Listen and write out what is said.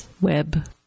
web